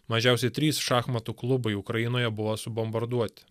mažiausiai trys šachmatų klubai ukrainoje buvo subombarduoti